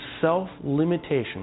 self-limitation